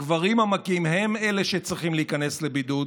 הגברים המכים הם אלה שצריכים להיכנס לבידוד